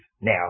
now